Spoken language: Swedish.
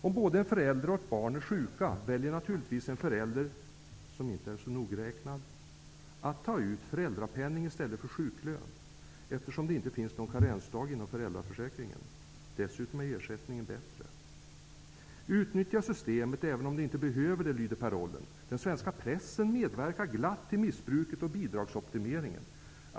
Om både föräldrar och barn är sjuka väljer natuligtvis en förälder som inte är så nogräknad att ta ut föräldrapenning i stället för sjuklön. Det finns ju inte någon karensdag inom föräldraförsäkringen. Dessutom är ersättningen bättre. Utnyttja systemet även om du inte behöver det! Så lyder parollen. Den svenska pressen medverkar glatt till missbruket och bidragsoptimeringen.